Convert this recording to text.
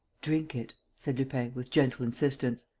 drink it, said lupin, with gentle insistence.